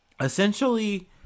essentially